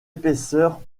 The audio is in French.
épaisseur